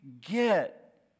get